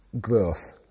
growth